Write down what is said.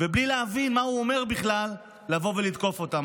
ובלי להבין מה הוא אומר בכלל, לבוא ולתקוף אותם.